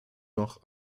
noch